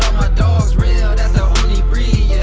dogs real that's the only breeding,